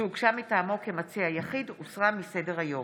שהוגשה מטעמו כמציע יחיד, הוסרה מסדר-היום.